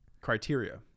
criteria